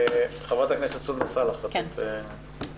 חברת הכנסת סונדוס סאלח, רצית להתייחס, בבקשה.